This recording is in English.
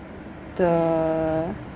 the